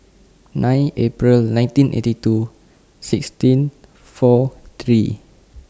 nine April nineteen eighty two sixteen four three